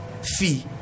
fee